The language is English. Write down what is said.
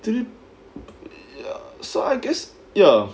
silly ya so I guess ya